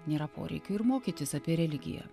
nėra poreikių ir mokytis apie religiją